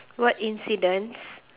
what incidents